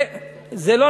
זה לא